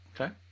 Okay